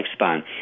lifespan